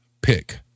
pick